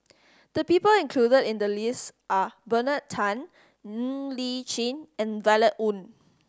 the people included in the list are Bernard Tan Ng Li Chin and Violet Oon